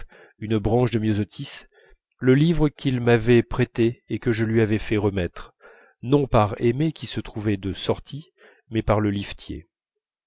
une branche de myosotis le livre qu'il m'avait prêté et que je lui avais fait remettre non par aimé qui se trouvait de sortie mais par le liftier